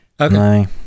okay